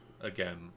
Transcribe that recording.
again